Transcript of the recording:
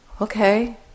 Okay